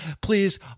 Please